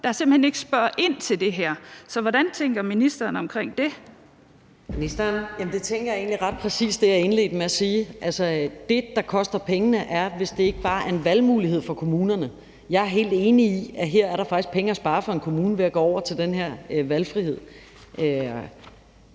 13:55 Social- og boligministeren (Pernille Rosenkrantz-Theil): Jeg tænker egentlig ret præcist det, jeg indledte med at sige. Altså, det, der koster pengene, er, hvis det ikke var en valgmulighed for kommunerne. Jeg er helt enig i, at her er der faktisk penge at spare for en kommune ved at gå over til den her valgfrihed.